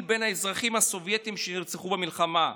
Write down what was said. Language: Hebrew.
בין האזרחים הסובייטים שנרצחו במלחמה,